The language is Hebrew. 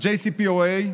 ה-JCPOA,